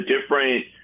different